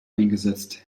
eingesetzt